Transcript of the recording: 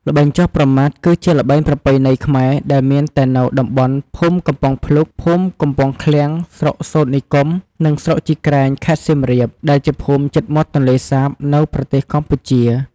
ល្បែងចោះប្រមាត់ គឺជាល្បែងប្រពៃណីខ្មែរ ដែលមានតែនៅតំបន់ភូមិកំពង់ភ្លុក ភូមិកំពង់ឃ្លាំង ស្រុកសូត្រនិគម និងស្រុកជីក្រែង ខេត្តសៀមរាប ដែលជាភូមិជិតមាត់ទន្លេសាប នៅប្រទេសកម្ពុជា។